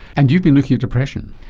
and you've been looking at depression.